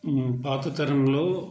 పాత తరంలో